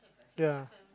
ya